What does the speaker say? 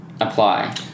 apply